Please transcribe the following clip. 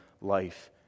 life